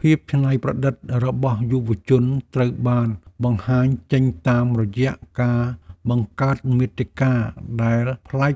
ភាពច្នៃប្រឌិតរបស់យុវជនត្រូវបានបង្ហាញចេញតាមរយៈការបង្កើតមាតិកាដែលប្លែ